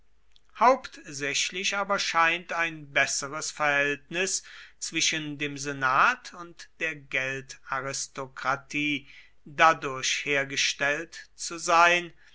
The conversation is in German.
hauptsächlich aber scheint ein besseres verhältnis zwischen dem senat und der geldaristokratie dadurch hergestellt zu sein